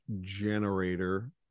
generator